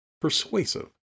persuasive